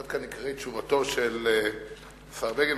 עד כאן הקראתי את תשובתו של השר בגין,